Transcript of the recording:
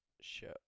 show